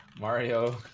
Mario